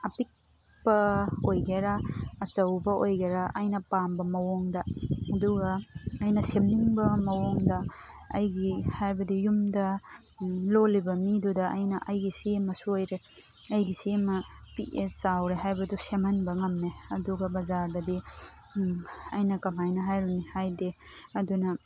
ꯑꯄꯤꯛꯄ ꯑꯣꯏꯒꯦꯔꯥ ꯑꯆꯧꯕ ꯑꯣꯏꯒꯦꯔꯥ ꯑꯩꯅ ꯄꯥꯝꯕ ꯃꯑꯣꯡꯗ ꯑꯗꯨꯒ ꯑꯩꯅ ꯁꯦꯝꯅꯤꯡꯕ ꯃꯑꯣꯡꯗ ꯑꯩꯒꯤ ꯍꯥꯏꯕꯗꯤ ꯌꯨꯝꯗ ꯂꯣꯜꯂꯤꯕ ꯃꯤꯗꯨꯗ ꯑꯩꯅ ꯑꯩꯒꯤ ꯁꯤ ꯑꯃ ꯁꯣꯏꯔꯦ ꯑꯩꯒꯤ ꯁꯤ ꯑꯃ ꯄꯤꯛꯑꯦ ꯆꯥꯎꯔꯦ ꯍꯥꯏꯕꯗꯨ ꯁꯦꯝꯍꯟꯕ ꯉꯝꯃꯦ ꯑꯗꯨꯒ ꯕꯖꯥꯔꯗꯗꯤ ꯑꯩꯅ ꯀꯃꯥꯏꯅ ꯍꯥꯏꯔꯨꯅꯤ ꯍꯥꯏꯗꯤ ꯑꯗꯨꯅ